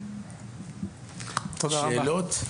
שאלות?